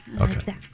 Okay